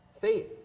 faith